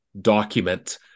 document